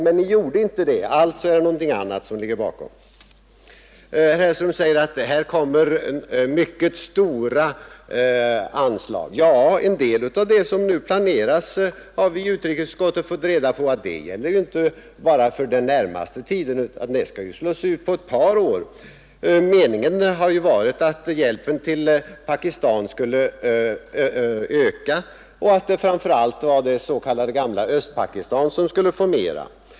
Men ni gjorde inte det. Alltså är det någonting annat som ligger bakom. Herr Hellström säger att här kommer mycket stora anslag. Ja, en del av det som nu planeras, har vi i utrikesutskottet fått reda på, gäller inte bara för den närmaste tiden, utan det skall slås ut på ett par år. Meningen har ju varit att hjälpen till Pakistan skulle öka; framför allt skulle det gamla s.k. Östpakistan få mera.